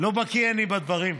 אני לא בקי בדברים.